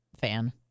fan